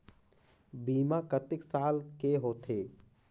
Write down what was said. बीमा कतेक साल के होथे?